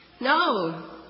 No